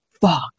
fuck